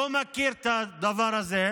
לא מכיר את הדבר הזה,